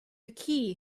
key